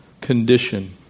condition